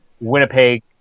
Winnipeg